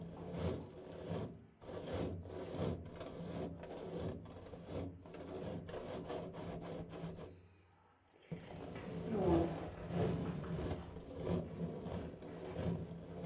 हून